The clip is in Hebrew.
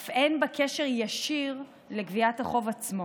אף אין בה קשר ישיר לגביית החוב עצמו